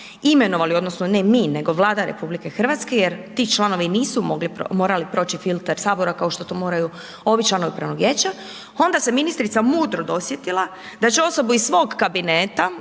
imenovali odnosno ne mi, nego Vlada RH jer ti članovi nisu morali proći filter HS kao što to moraju ovi članovi upravnog vijeća, onda se ministrica mudro dosjetila da će osobu iz svog kabineta,